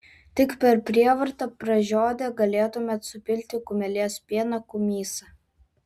tik per prievartą pražiodę galėtumėt supilti kumelės pieną kumysą